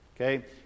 Okay